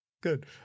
good